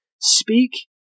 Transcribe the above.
Speak